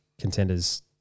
contenders